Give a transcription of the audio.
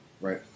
right